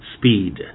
Speed